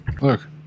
Look